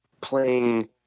playing